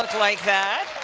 like like that.